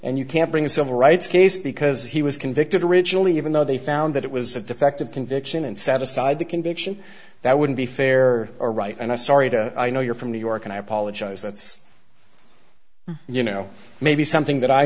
and you can't bring a civil rights case because he was convicted originally even though they found that it was a defective conviction and set aside the conviction that wouldn't be fair or right and i'm sorry i know you're from new york and i apologize that's you know maybe something that i